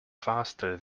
faster